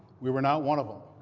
we were not one of them.